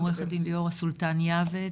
אני עורכת הדין ליאורה סולטן יעבץ.